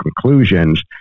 conclusions